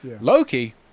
Loki